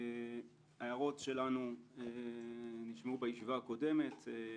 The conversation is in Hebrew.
ההערות שלנו נשמעו בישיבה הקודמת.